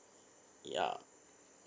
ya